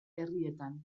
herrietan